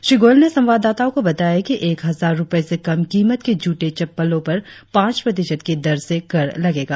श्री गोयल ने संवाददाताओं को बताया कि एक हजार रुपये से कम कीमत के जूते चप्पलों पर पांच प्रतिशत की दर से कर लगेगा